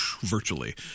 virtually